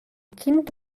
kind